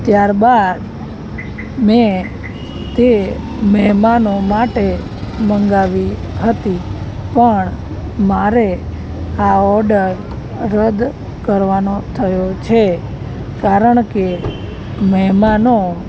ત્યાર બાદ મેં તે મહેમાનો માટે મંગાવી હતી પણ મારે આ ઓડર રદ કરવાનો થયો છે કારણ કે મહેમાનો